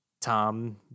Tom